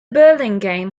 burlingame